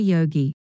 Yogi